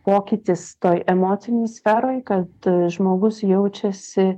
pokytis toj emocinėj sferoj kad žmogus jaučiasi